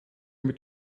mit